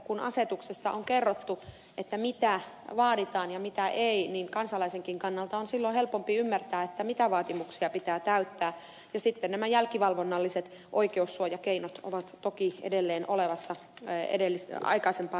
kun asetuksessa on kerrottu mitä vaaditaan ja mitä ei niin kansalaisenkin kannalta on silloin helpompi ymmärtää mitä vaatimuksia pitää täyttää ja sitten nämä jälkivalvonnalliset oikeussuojakeinot ovat toki edelleen olemassa aikaisempaan tapaan